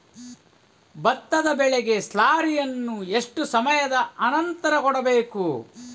ಭತ್ತದ ಬೆಳೆಗೆ ಸ್ಲಾರಿಯನು ಎಷ್ಟು ಸಮಯದ ಆನಂತರ ಕೊಡಬೇಕು?